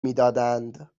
میدادند